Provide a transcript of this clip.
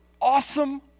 awesome